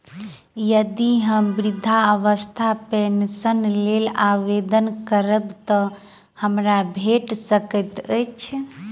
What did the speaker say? यदि हम वृद्धावस्था पेंशनक लेल आवेदन करबै तऽ हमरा भेट सकैत अछि?